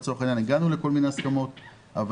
לצורך העניין הגענו לכל מיני הסכמות אבל